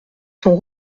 sont